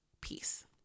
Peace